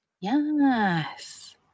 Yes